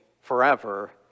forever